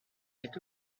est